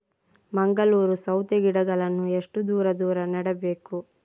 ಮಂಗಳೂರು ಸೌತೆ ಗಿಡಗಳನ್ನು ಎಷ್ಟು ದೂರ ದೂರ ನೆಡಬೇಕು?